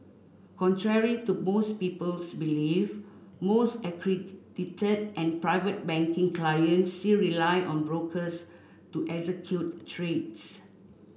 contrary to most people's belief most accredited and Private Banking clients still rely on brokers to execute trades